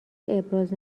ابراز